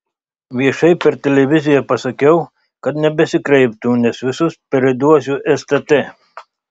viešai per televiziją pasakiau kad nebesikreiptų nes visus priduosiu stt